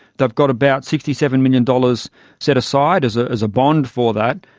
they've got about sixty seven million dollars set aside as ah as a bond for that.